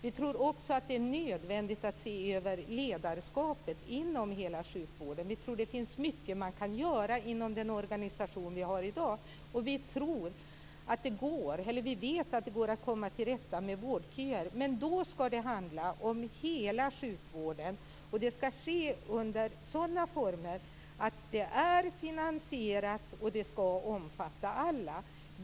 Vi tror också att det är nödvändigt att se över ledarskapet inom hela sjukvården. Vi tror att det finns mycket som man kan göra inom den organisation som vi har i dag. Och vi vet att det går att komma till rätta med vårdköer. Men då skall det handla om hela sjukvården, och det skall ske under sådana former att det är finansierat och att det omfattar alla.